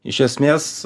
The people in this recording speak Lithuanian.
iš esmės